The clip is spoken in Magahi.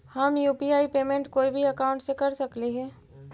हम यु.पी.आई पेमेंट कोई भी अकाउंट से कर सकली हे?